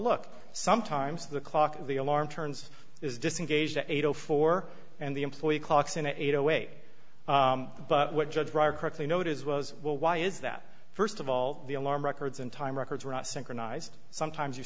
look sometimes the clock the alarm turns is disengaged at eight o four and the employee clocks in at eight away but what judge correctly notice was well why is that st of all the alarm records and time records were not synchronized sometimes you